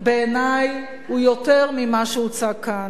בעיני, הוא יותר ממה שהוצג כאן,